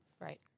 Right